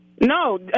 No